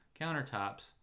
countertops